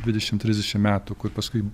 dvidešim trisdešim metų kur paskui